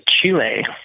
Chile